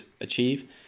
achieve